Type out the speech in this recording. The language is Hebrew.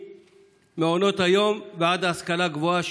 ממעונות היום ועד ההשכלה הגבוהה.